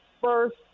first